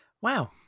Wow